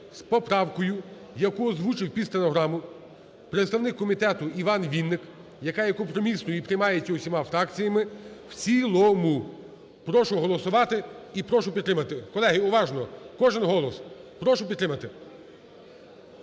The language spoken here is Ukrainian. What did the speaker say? з поправкою, яку озвучив під стенограму представник комітету Іван Вінник, яка є компромісною і приймається усіма фракціями, в цілому. Прошу голосувати і прошу підтримати. Колеги, уважно! Кожен голос! Прошу підтримати.